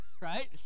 right